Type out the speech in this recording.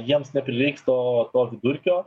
jiems neprireiks to to vidurkio